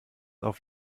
auf